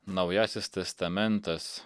naujasis testamentas